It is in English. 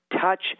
touch –